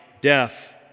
death